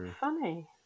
funny